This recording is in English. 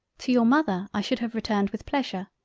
to your mother i should have returned with pleasure,